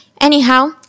Anyhow